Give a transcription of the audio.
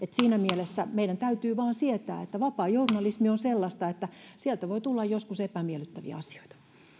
siinä mielessä meidän täytyy vain sietää sitä että vapaa journalismi on sellaista että sieltä voi tulla joskus epämiellyttäviä asioita